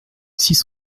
six